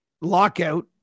lockout